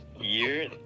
year